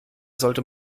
sollte